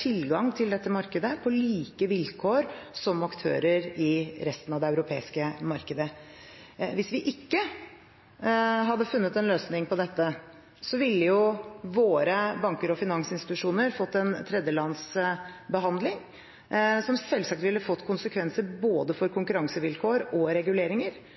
tilgang til dette markedet på like vilkår som aktører i resten av det europeiske markedet. Hvis vi ikke hadde funnet en løsning på dette, ville våre banker og finansinstitusjoner fått en tredjelandsbehandling, som selvsagt ville fått konsekvenser for både konkurransevilkår og reguleringer,